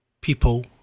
people